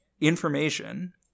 information